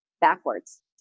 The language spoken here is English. backwards